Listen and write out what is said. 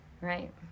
right